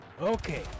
okay